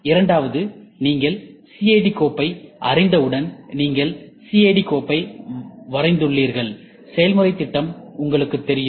இரண்டாவதாக நீங்கள் சிஏடி கோப்பை அறிந்தவுடன் நீங்கள் சிஏடி கோப்பை வரைந்துள்ளீர்கள் செயல்முறை திட்டம் உங்களுக்குத் தெரியும்